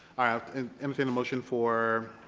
i ah and entertain a motion for